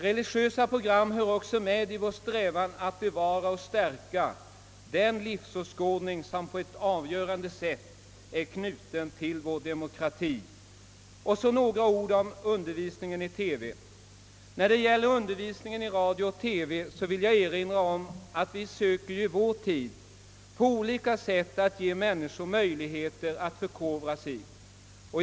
Religiösa program hör också samman med vår strävan att bevara och stärka den livsåskådning som på ett avgörande sätt är knuten till vår demokrati. Beträffande undervisningen i radio— TV vill jag erinra om att vi i vår tid försöker att på olika sätt ge människor möjligheter att förkovra sig.